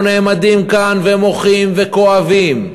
נעמדים כאן ומוחים וכואבים,